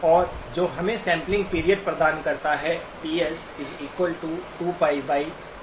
और जो हमें सैंपलिंग पीरियड प्रदान करता है Ts2πΩs ठीक है